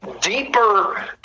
deeper